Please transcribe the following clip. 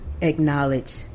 Acknowledge